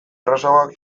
errazagoak